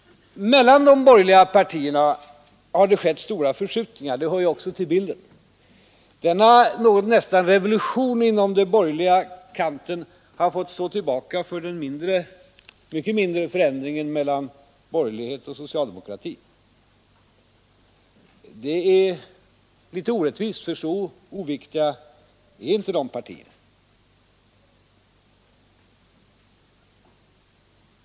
Mellan de borgerliga partierna har det skett stora förskjutningar — det hör ju också till bilden. Detta, som nästan är en revolution på den borgerliga kanten, har fått stå tillbaka för den mycket mindre förändringen mellan borgerlighet och socialdemokrati. Det är litet orättvist, för så oviktiga är inte de partierna.